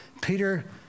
Peter